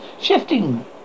shifting